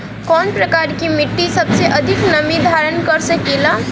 कौन प्रकार की मिट्टी सबसे अधिक नमी धारण कर सकेला?